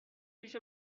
پیش